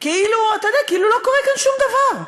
כאילו לא קורה כאן שום דבר.